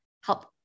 help